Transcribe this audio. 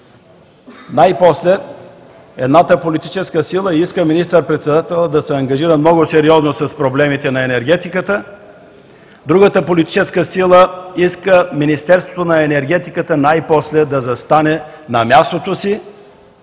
най-после едната политическа сила иска министър-председателят да се ангажира много сериозно с проблемите на енергетиката, другата политическа сила иска Министерството на енергетиката най-после да застане на мястото си,